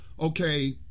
okay